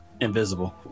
invisible